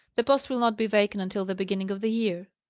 the post will not be vacant until the beginning of the year.